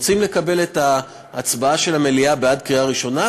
רוצים לקבל את ההצבעה של המליאה בעד קריאה ראשונה,